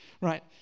right